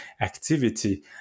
activity